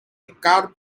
curb